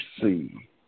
see